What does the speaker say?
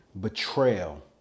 betrayal